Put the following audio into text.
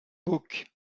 book